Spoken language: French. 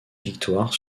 victoire